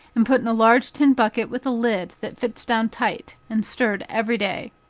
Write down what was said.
and put in a large tin bucket with a lid that fits down tight, and stirred every day.